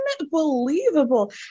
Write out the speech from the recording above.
unbelievable